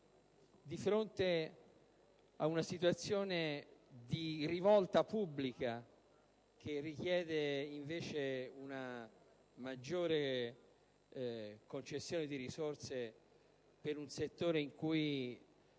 a fronte di una situazione di rivolta pubblica che richiede, invece, una maggiore concessione di risorse da destinare ad un settore in cui